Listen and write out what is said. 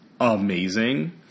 amazing